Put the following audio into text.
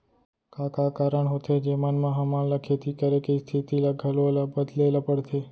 का का कारण होथे जेमन मा हमन ला खेती करे के स्तिथि ला घलो ला बदले ला पड़थे?